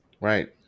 right